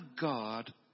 God